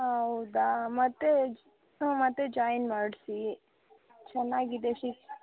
ಹಾಂ ಹೌದಾ ಮತ್ತು ಹ್ಞೂ ಮತ್ತೆ ಜಾಯಿನ್ ಮಾಡಿಸಿ ಚೆನ್ನಾಗಿದೆ